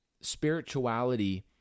spirituality